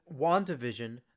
WandaVision